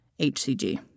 HCG